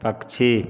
पक्षी